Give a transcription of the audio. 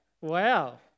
Wow